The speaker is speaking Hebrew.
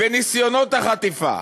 בניסיונות החטיפה,